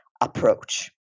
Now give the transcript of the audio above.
approach